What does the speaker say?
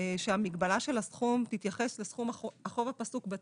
שהמגבלה של הסכום תתייחס לסכום החוב הפסוק בתיק,